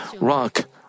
rock